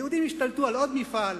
היהודים השתלטו על עוד מפעל,